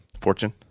fortune